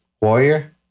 Warrior